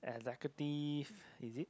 executive is it